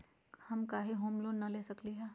हम काहे home loan न ले सकली ह?